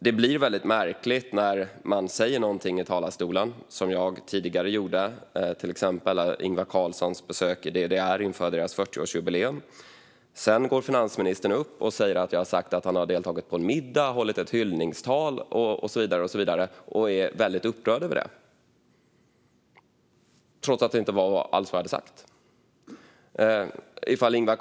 Det blir väldigt märkligt när man säger någonting i talarstolen som jag tidigare gjorde om Ingvar Carlssons besök i DDR inför deras 40-årsjubileum och finansministern sedan går upp och säger att jag har sagt att han har deltagit på en middag, hållit ett hyllningstal och så vidare och är väldigt upprörd över detta, trots att det inte alls var vad jag sa.